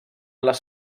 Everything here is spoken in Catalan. les